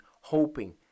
hoping